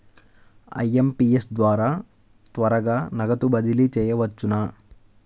IMPS ద్వారా త్వరగా నగదు బదిలీ చేయవచ్చునా?